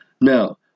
Now